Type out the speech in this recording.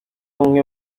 umwe